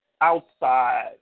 outside